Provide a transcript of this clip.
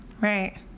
Right